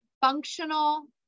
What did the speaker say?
Functional